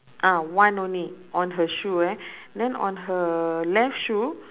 ah one only on her shoe eh then on her left shoe